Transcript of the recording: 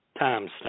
timestamp